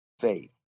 faith